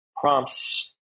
prompts